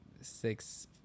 six